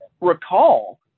recall